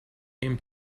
him